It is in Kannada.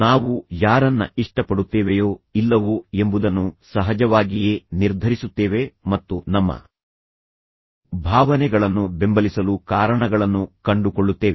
ನಾವು ಯಾರನ್ನ ಇಷ್ಟಪಡುತ್ತೇವೆಯೋ ಇಲ್ಲವೋ ಎಂಬುದನ್ನು ಸಹಜವಾಗಿಯೇ ನಿರ್ಧರಿಸುತ್ತೇವೆ ಮತ್ತು ನಮ್ಮ ಭಾವನೆಗಳನ್ನು ಬೆಂಬಲಿಸಲು ಕಾರಣಗಳನ್ನು ಕಂಡುಕೊಳ್ಳುತ್ತೇವೆ